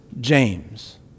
James